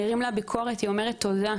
מעירים לה ביקורת היא אומרת 'תודה',